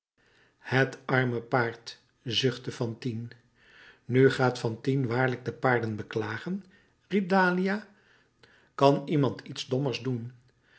het arme paard zuchtte fantine nu gaat fantine waarlijk de paarden beklagen riep dahlia kan iemand iets dommers doen